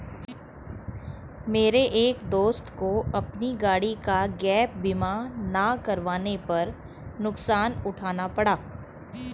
मेरे एक दोस्त को अपनी गाड़ी का गैप बीमा ना करवाने पर नुकसान उठाना पड़ा